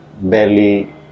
barely